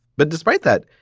but despite that,